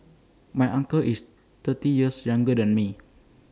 my uncle is thirty years younger than me